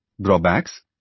drawbacks